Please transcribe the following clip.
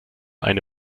eine